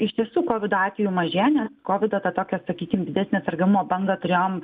iš tiesų kovido atvejų mažėja nes kovido tą tokią sakykim didesnio sergamumo bangą turėjom